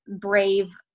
brave